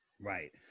Right